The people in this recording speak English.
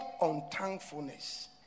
unthankfulness